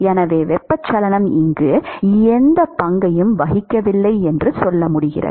எனவே வெப்பச்சலனம் இங்கு எந்தப் பங்கையும் வகிக்கவில்லை என்று சொல்ல முடிகிறது